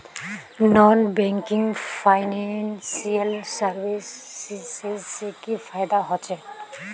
Non banking financial services से की फायदा होचे?